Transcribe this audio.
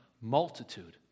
multitude